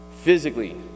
Physically